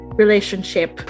relationship